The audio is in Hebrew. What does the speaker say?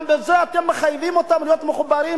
גם בזה שאתם מחייבים אותם להיות מחוברים